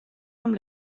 amb